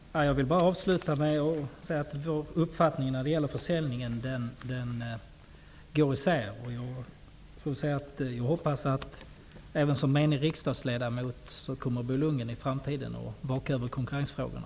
Fru talman! Jag vill avsluta med att säga att våra uppfattningar när det gäller försäljningen går isär. Jag hoppas att Bo Lundgren även såsom menig riksdagsledamot i framtiden kommer att vaka över konkurrensfrågorna.